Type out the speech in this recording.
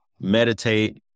meditate